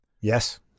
yes